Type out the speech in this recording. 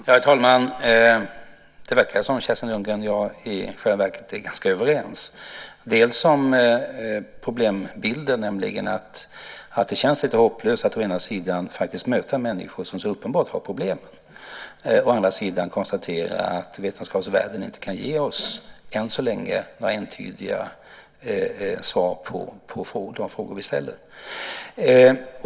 Herr talman! Det verkar som om Kerstin Lundgren och jag i själva verket är ganska överens om problembilden, nämligen att det känns lite hopplöst att å ena sidan möta människor som så uppenbart har problem, å andra sidan konstatera att vetenskapsvärlden än så länge inte kan ge oss några entydiga svar på de frågor vi ställer.